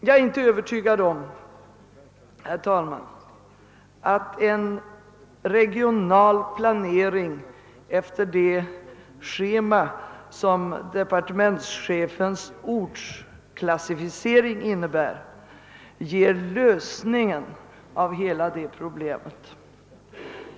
Jag är inte övertygad om, herr talman, att en regional planering enligt det schema som departementschefens ortsklassificering innebär ger lösningen av hela det problemet.